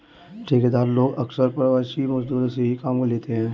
ठेकेदार लोग अक्सर प्रवासी मजदूरों से ही काम लेते हैं